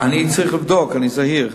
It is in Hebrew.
אני צריך לבדוק, אני זהיר.